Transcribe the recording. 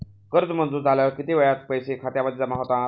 कर्ज मंजूर झाल्यावर किती वेळात पैसे खात्यामध्ये जमा होतात?